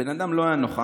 הבן אדם לא היה נוכח,